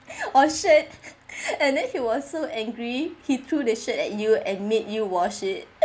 oh shit and then he was so angry he threw the shirt at you and make you wash it